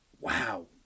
wow